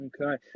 Okay